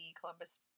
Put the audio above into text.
Columbus